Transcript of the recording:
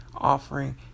offering